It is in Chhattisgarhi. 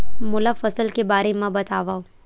मोला फसल के बारे म बतावव?